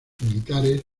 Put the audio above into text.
militares